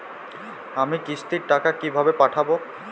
আমি কিস্তির টাকা কিভাবে পাঠাব?